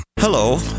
Hello